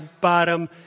bottom